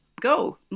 go